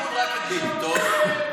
אז לא רק את הליכוד, רק את ביבי.